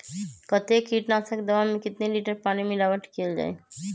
कतेक किटनाशक दवा मे कितनी लिटर पानी मिलावट किअल जाई?